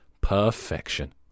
Perfection